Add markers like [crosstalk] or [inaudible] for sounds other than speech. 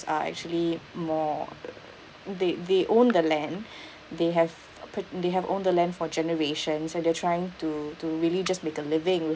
are actually more uh they they owned the land [breath] they have uh pur~ they have owned the land for generations and they're trying to to really just make a living